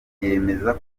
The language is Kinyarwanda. yemeza